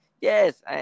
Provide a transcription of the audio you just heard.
Yes